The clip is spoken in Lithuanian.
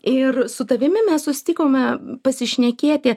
ir su tavimi mes susitikome pasišnekėti